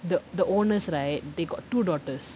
the the owners right they got two daughters